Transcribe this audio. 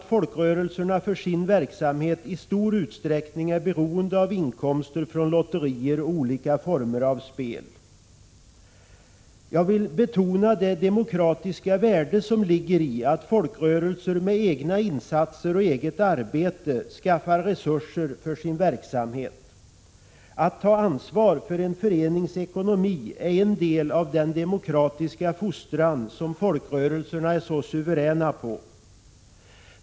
Folkrörelserna är för sin verksamhet i stor utsträckning beroende av inkomster från lotterier och olika former av spel. Jag vill betona det demokratiska värde som ligger i att folkrörelser med egna insatser och eget arbete skaffar resurser för sin verksamhet. Att ta ansvar för en förenings ekonomi är en del av den demokratiska fostran som folkrörelserna är suveräna på.